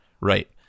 Right